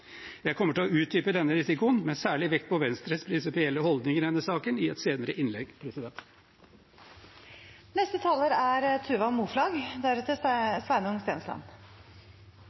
Jeg kommer til å utdype denne risikoen, med særlig vekt på Venstres prinsipielle holdning i denne saken, i et senere innlegg. Når man bor i Oslo og Akershus, er